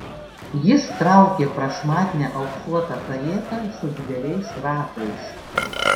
jis traukė prašmatnią auksuotą karietą su dideliais ratais